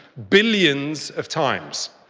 billions of times.